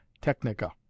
technica